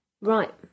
Right